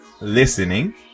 listening